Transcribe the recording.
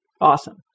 awesome